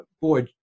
boy